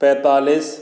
पैंतालीस